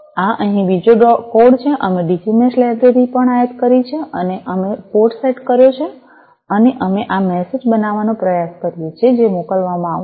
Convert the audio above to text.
આ અહીં બીજો કોડ છે અમે ડિજી મેશ લાઈબ્રેરી પણ આયાત કરી છે અને અમે પોર્ટ સેટ કર્યો છે અને અમે આ મેસેજ બનાવવાનો પ્રયાસ કરીએ છીએ જે મોકલવામાં આવશે